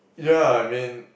yeah I mean